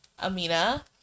Amina